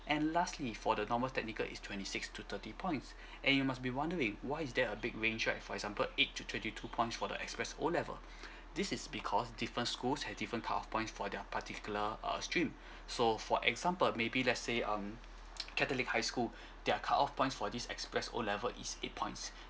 and lastly for the normal technical is twenty six two thirty points and you must be wondering why is there a big range right for example eight to twenty two points for the express O level this is because different schools have different cut off points for their particular uh stream so for example maybe let's say um catholic high school their cut off point for this express O level is eight points